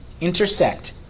intersect